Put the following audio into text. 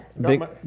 big